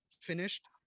finished